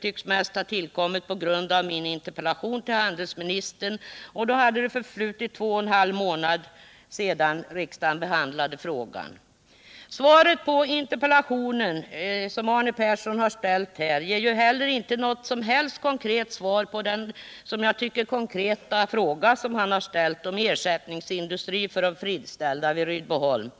tycks mest ha tillkommit på grund av min interpellation till handelsministern, och då hade det förflutit två och en halv månader sedan riksdagen behandlade frågan. Svaret på interpellationen som Arne Persson har framlagt ger heller inte något som helst konkret svar på den konkreta fråga han framställt om ersättningsindustri för de friställda vid Rydboholm.